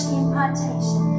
impartation